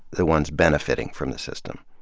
the ones benefitting from the system.